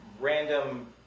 random